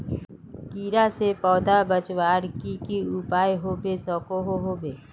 कीड़ा से पौधा बचवार की की उपाय होबे सकोहो होबे?